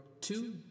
Two